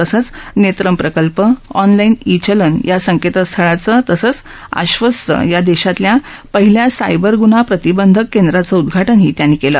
तसंच नेत्रम प्रकल्प ऑनलाईन ई चलन या संकेत स्थळाचं तसंच आशवस्त या देशातल्या पहिल्या सायबर ग्न्हा प्रतिबंधक केंद्राचं उद्धाटन त्यांनी केलं